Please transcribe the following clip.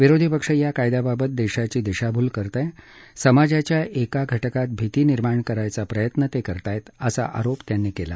विरोधी पक्ष या कायद्याबाबत देशाची दिशाभूल करत असून समाजाच्या एका घटकात भीती निर्माण करण्याचा प्रयत्न ते करत आहेत असा आरोप त्यांनी केला